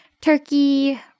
turkey